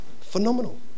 phenomenal